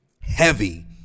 heavy